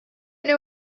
know